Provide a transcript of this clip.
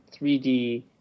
3D